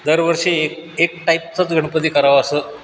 दरवर्षी एक एक टाईपचाचं गणपती करावं असं